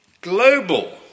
global